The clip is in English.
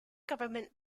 government